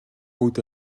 бүгд